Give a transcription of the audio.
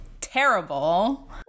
terrible